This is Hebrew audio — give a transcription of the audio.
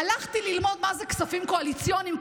הלכתי ללמוד מה זה כספים קואליציוניים.